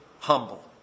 humble